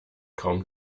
kaum